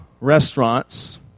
restaurants